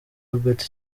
albert